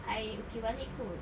I okay balik kot